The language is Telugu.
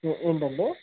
ఏ ఏంటండి